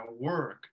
work